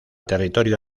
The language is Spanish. territorio